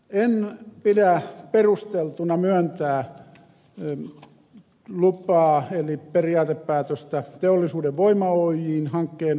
en pidä perusteltuna myöntää lupaa eli periaatepäätöstä teollisuuden voima oyjn hankkeen osalta